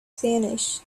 spanish